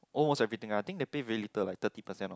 almost everything I think they pay very little like thirty percent or